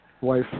wife